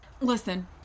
Listen